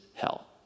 hell